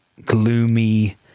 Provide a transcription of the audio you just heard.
gloomy